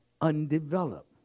undeveloped